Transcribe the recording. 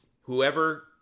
whoever